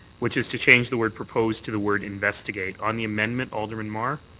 which is to change the word proposed to the word investigate. on the amendment, alderman mar.